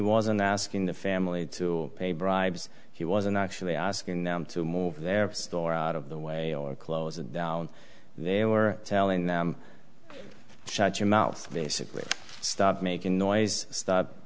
wasn't asking the family to pay bribes he wasn't actually asking them to move their story out of the way or close it down they were telling them to shut your mouth basically stop making noise